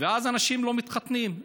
ואז אנשים לא מתחתנים.